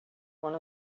one